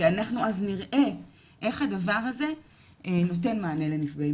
כי אנחנו אז נראה איך הדבר הזה נותן מענה לנפגעים.